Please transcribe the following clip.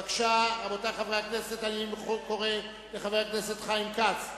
אני קובע שהצעת חוק מוסדות חינוך מוכרים חרדיים (תיקוני חקיקה),